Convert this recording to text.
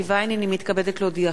הנני מתכבדת להודיעכם,